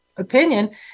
opinion